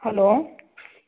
hello